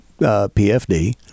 PFD